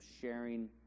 sharing